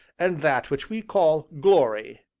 and that which we call glory.